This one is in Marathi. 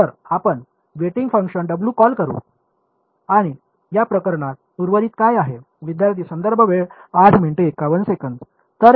तर आपण वेटिंग फंक्शन डब्ल्यू कॉल करू आणि या प्रकरणात उर्वरित काय आहे